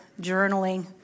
journaling